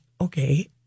okay